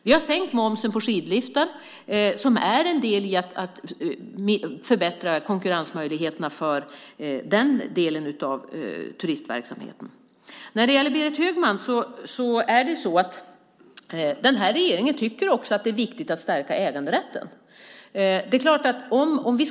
Vi har sänkt momsen på skidliftar, som är en del i att förbättra konkurrensmöjligheterna för den delen av turistverksamheten. När det gäller Berit Högmans frågor tycker den här regeringen att det är viktigt att stärka också äganderätten.